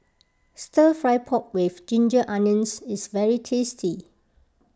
Stir Fry Pork with Ginger Onions is very tasty